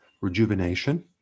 rejuvenation